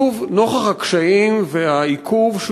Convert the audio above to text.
שוב נוכח הקשיים והעיכוב,